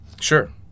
Sure